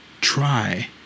try